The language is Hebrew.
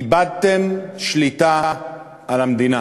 איבדתם שליטה על המדינה.